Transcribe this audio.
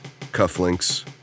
cufflinks